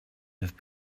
have